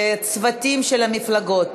מהצוותים של המפלגות.